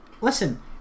listen